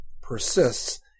persists